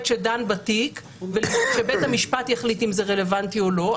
שדן בתיק ובית המשפט יחליט אם זה רלוונטי או לא,